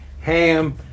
ham